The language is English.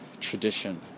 tradition